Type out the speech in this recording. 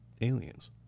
aliens